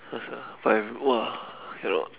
ya sia but if !wah! cannot